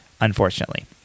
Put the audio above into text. unfortunately